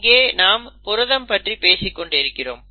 இங்கே நாம் புரதம் பற்றி பேசிக்கொண்டு இருக்கிறோம்